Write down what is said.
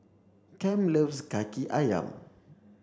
Kem loves Kaki Ayam